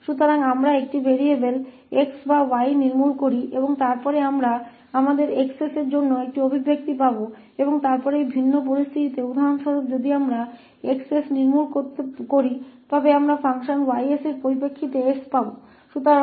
इसलिए हम एक चर या तो 𝑋 या 𝑌 को समाप्त करते हैं और फिर हमें अपने 𝑋𝑠 के लिए एक अभिव्यक्ति प्राप्त होगी और फिर इस अलग स्थिति में उदाहरण के लिए यदि हम 𝑋𝑠 को समाप्त करते हैं तो हमें फ़ंक्शन 𝑌𝑠 के रूप में प्राप्त होगा का